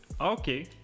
okay